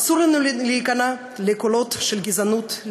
אסור לנו להיכנע לקולות של גזענות,